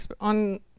on